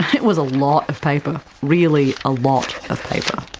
it was a lot of paper, really a lot of paper.